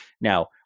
Now